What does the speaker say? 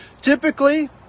Typically